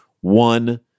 one-